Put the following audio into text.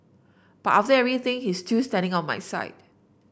but after everything he's still standing on my side